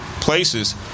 places